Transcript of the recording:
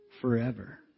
forever